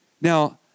Now